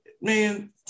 man